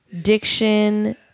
diction